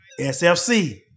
SFC